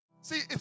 See